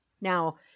Now